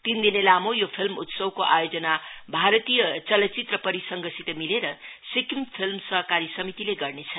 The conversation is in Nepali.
तीन दिने लामो यो फिल्म उत्सवको आयोजना भारतीय चलचित्र परिसधसित मिलेर सिक्किम फिल्म सहकारी समितिले गर्नेछ